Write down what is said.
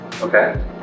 Okay